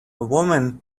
woman